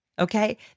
Okay